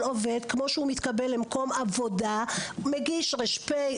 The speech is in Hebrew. עובד מתקבל למקום עבודה הוא מגיש ר"פ,